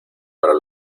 para